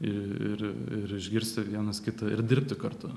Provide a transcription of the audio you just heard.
ir ir išgirsti vienas kitą ir dirbti kartu